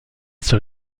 sur